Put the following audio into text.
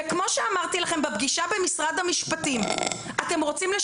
בפגישה במשרד המשפטים אמרתי לכם,